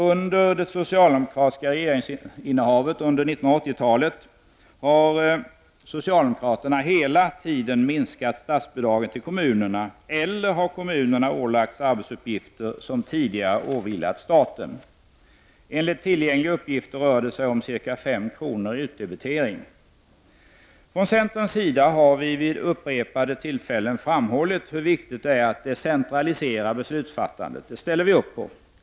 Under det socialdemokratiska regeringsinnehavet på 1980-talet har socialdemokraterna hela tiden minskat statsbidragen till kommunerna, eller har kommunerna ålagts arbetsuppgifter som tidigare åvilat staten. Enligt tillgängliga uppgifter motsvarar det ca 5 kr. i utdebitering. Från centerns sida har vi vid upprepade tillfällen framhållit hur viktigt det är att decentralisera beslutsfattandet. Det ställer vi upp på.